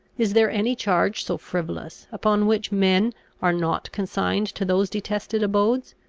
is there any charge so frivolous, upon which men are not consigned to those detested abodes?